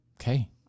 Okay